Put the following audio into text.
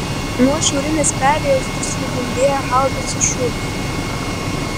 nuo šiaurinės perėjos dusliai dundėjo haubicų šūviai